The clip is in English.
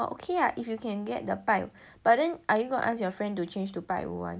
orh okay lah if you can get the 拜五 but then are you going ask your friend to change to 拜五 [one]